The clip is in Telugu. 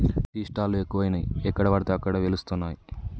టీ స్టాల్ లు ఎక్కువయినాయి ఎక్కడ పడితే అక్కడ వెలుస్తానయ్